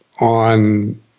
on